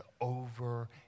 over